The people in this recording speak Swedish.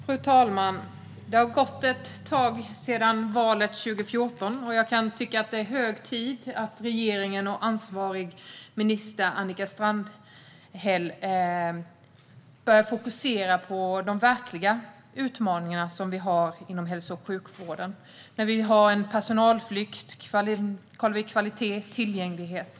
Fru talman! Det har gått ett tag sedan valet 2014, och jag kan tycka att det är hög tid att regeringen och ansvarig minister Annika Strandhäll börjar fokusera på de verkliga utmaningar som vi har inom hälso och sjukvården och som handlar om personalflykt, kvalitet och tillgänglighet.